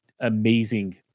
amazing